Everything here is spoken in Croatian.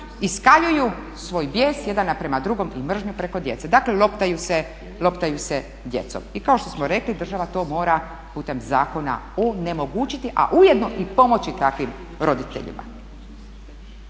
iskaljuju svoj bijes jedan naprema drugom i mržnju preko djece, dakle loptaju se djecom. I kao što smo rekli, država to mora putem zakona onemogućiti, a ujedno i pomoći takvim roditeljima.